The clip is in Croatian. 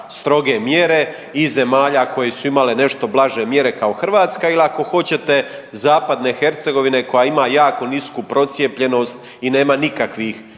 stroge mjere i zemalja koje su imale nešto blaže mjere kao Hrvatska ili ako hoćete Zapadne Hercegovina koja ima jako nisku procijepljenost i nema nikakvih